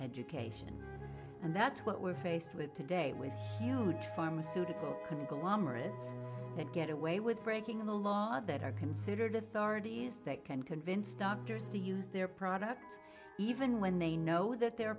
education and that's what we're faced with today with huge pharmaceutical conglomerates that get away with breaking the law that are considered with already is that can convince doctors to use their products even when they know that their